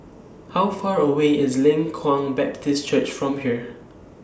How Far away IS Leng Kwang Baptist Church from here